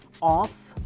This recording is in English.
off